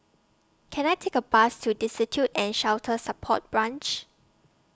Can I Take A Bus to Destitute and Shelter Support Branch